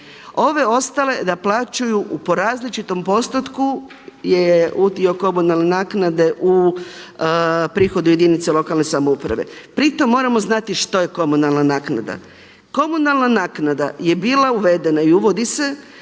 Ove ostale naplaćuju po različitom postotku, je udio komunalne naknade u prihodu jedinice lokalne samouprave. Pri tome moramo znati što je komunalna naknada. Komunalna naknada je bila uvedena i uvodi se